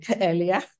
earlier